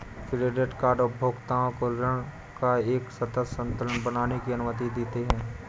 credit card उपभोक्ताओं को ऋण का एक सतत संतुलन बनाने की अनुमति देते हैं